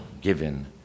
given